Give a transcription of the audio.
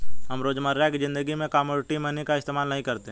हम रोजमर्रा की ज़िंदगी में कोमोडिटी मनी का इस्तेमाल नहीं करते